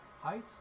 height